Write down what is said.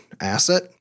asset